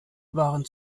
waren